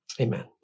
amen